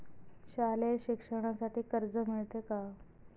शालेय शिक्षणासाठी कर्ज मिळते का?